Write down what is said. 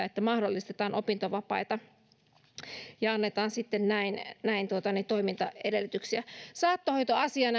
että mahdollistetaan opintovapaita ja annetaan näin näin toimintaedellytyksiä saattohoitoasian